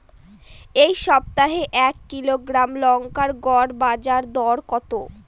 এই সপ্তাহে এক কিলোগ্রাম লঙ্কার গড় বাজার দর কত?